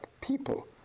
people